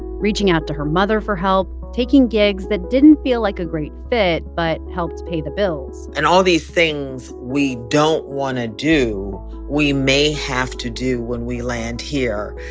reaching out to her mother for help, taking gigs that didn't feel like a great fit but helped pay the bills and all these things we don't want to do we may have to do when we land here.